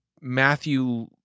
Matthew